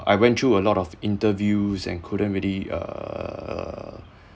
I went through a lot of interviews and couldn't really err